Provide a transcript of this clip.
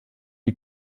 die